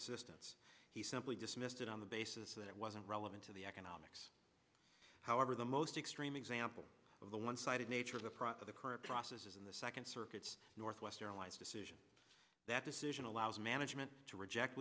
assistance he simply dismissed it on the basis that it wasn't relevant to the economics however the most extreme example of the one sided nature of the process of the current process is in the second circuit's northwest airlines decision that decision allows management to reject